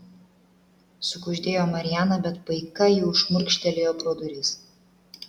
sukuždėjo mariana bet paika jau šmurkštelėjo pro duris